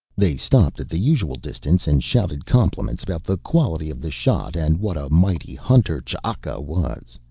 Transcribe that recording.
they stopped at the usual distance and shouted compliments about the quality of the shot and what a mighty hunter ch'aka was.